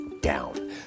down